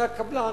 אומר הקבלן: